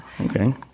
Okay